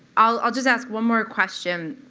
i'll i'll just ask one more question.